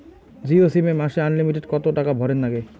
Jio sim এ মাসে unlimited কত টাকা ভরের নাগে?